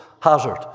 Hazard